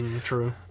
True